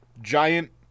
Giant